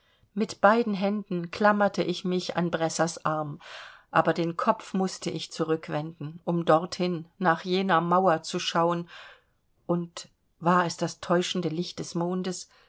mit beiden händen klammerte ich mich an bressers arm aber den kopf mußte ich zurück wenden um dorthin nach jener mauer zu schauen und war es das täuschende licht des mondes